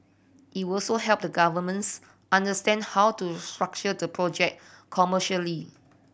it will also help the governments understand how to structure the project commercially